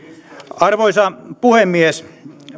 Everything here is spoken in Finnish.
arvoisa puhemies